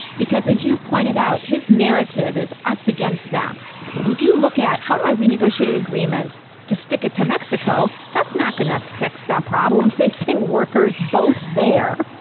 because as you've pointed out, his narrative is us against them and if you look at how do i renegotiate agreement to stick it to mexico? that's not going to fix the problem facing workers both there,